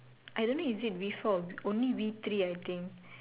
I don't think is it we four only we three I think